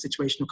situational